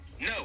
No